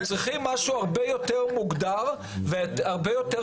אנחנו צריכים משהו הרבה יותר מוגדר והרבה יותר